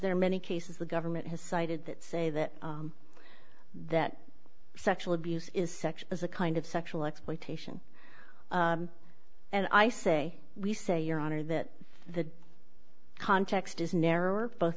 there are many cases the government has cited that say that that sexual abuse is sex is a kind of sexual exploitation and i say we say your honor that the context is narrower both